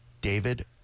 David